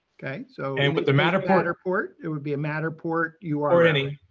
okay, so and with the matterport matterport it would be a matterport, you or or any,